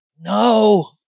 no